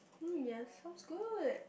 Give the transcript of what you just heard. yes sounds good